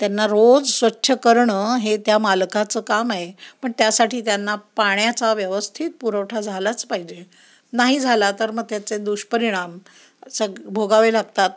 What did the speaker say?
त्यांना रोज स्वच्छ करणं हे त्या मालकाचं काम आहे पण त्यासाठी त्यांना पाण्याचा व्यवस्थित पुरवठा झालाच पाहिजे नाही झाला तर मग त्याचे दुष्परिणाम सग भोगावे लागतात